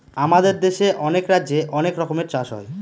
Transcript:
আমাদের দেশে অনেক রাজ্যে অনেক রকমের চাষ হয়